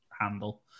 handle